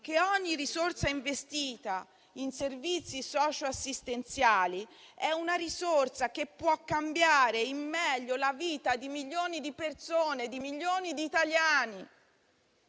che ogni risorsa investita in servizi socioassistenziali può cambiare in meglio la vita di milioni di persone, di milioni di italiani.